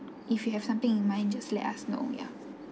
if you have something in mind just let us know ya